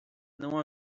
não